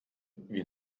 wie